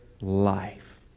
life